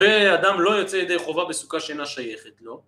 אדם לא יוצא ידי חובה בסוכה שאינה שייכת לו